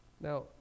Now